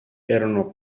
erano